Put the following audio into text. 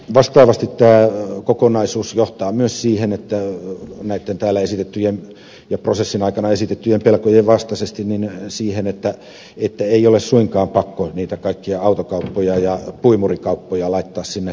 vastaavasti tämä kokonaisuus johtaa näitten täällä esitettyjen ja prosessin aikana esitettyjen pelkojen vastaisesti myös siihen että ei ole suinkaan pakko niitä kaikkia autokauppoja ja puimurikauppoja laittaa sinne keskustatoimintojen alueelle